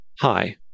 Hi